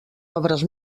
obres